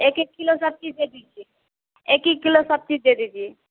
एक एक किलो सब चीज़ दे दीजिए एक एक किलो सब चीज़ दे दीजिए